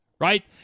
right